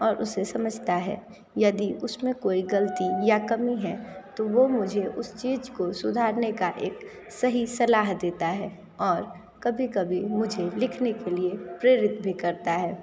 और उसे समझता है यदि उसमें कोई गलती या कमी है तो वो मुझे उस चीज को सुधारने का एक सही सलाह देता है और कभी कभी मुझे लिखने के लिए प्रेरित भी करता है